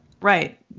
Right